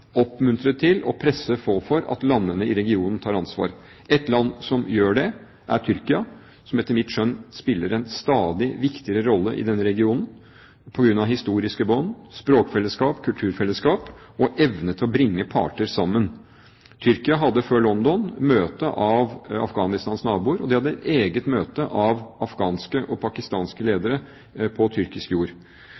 oppmuntre til og presse på for at landene i regionene tar ansvar. Ett land som gjør det, er Tyrkia, som etter mitt skjønn spiller en stadig viktigere rolle i denne regionen, på grunn av historiske bånd, språkfellesskap, kulturfellesskap og evne til å bringe parter sammen. Tyrkia hadde før London-konferansen et møte med Afghanistans naboer. De hadde et eget møte med afghanske og pakistanske